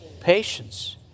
patience